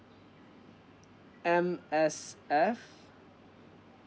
M_S_F